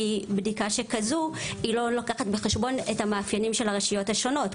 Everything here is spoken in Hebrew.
כי בדיקה שכזו לא לוקחת בחשבון את המאפיינים של הרשויות השונות,